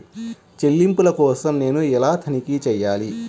చెల్లింపుల కోసం నేను ఎలా తనిఖీ చేయాలి?